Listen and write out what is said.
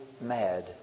mad